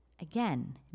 again